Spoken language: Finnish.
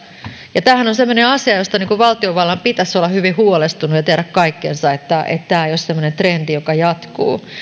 tämähän on semmoinen asia josta valtiovallan pitäisi olla hyvin huolestunut ja tehdä kaikkensa että tämä ei ole semmoinen trendi joka jatkuu